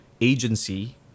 agency